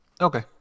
Okay